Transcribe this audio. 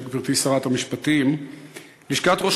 תודה רבה,